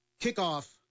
kickoff